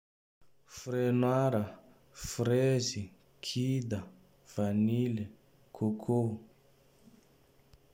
Frainoara, fraizy, kida, vanily, coco.